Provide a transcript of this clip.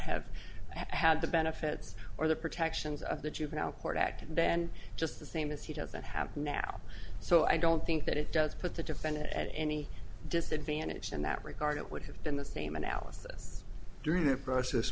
have had the benefits or the protections of the juvenile court act and then just the same as he does that have now so i don't think that it does put the defendant at any disadvantage in that regard it would have been the same analysis during th